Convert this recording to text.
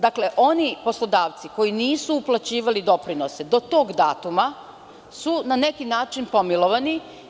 Dakle, oni poslodavci koji nisu uplaćivali doprinose do tog datuma su na neki način pomilovani.